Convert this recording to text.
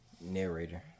narrator